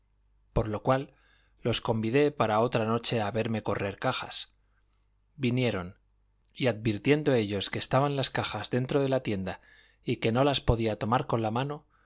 por lo cual los convidé para otra noche a verme correr cajas vinieron y advirtiendo ellos que estaban las cajas dentro la tienda y que no las podía tomar con la mano